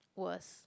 was